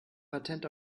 patent